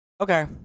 Okay